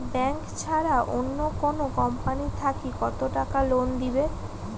Bank ছাড়া অন্য কোনো কোম্পানি থাকি কত টাকা লোন দিবে?